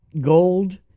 gold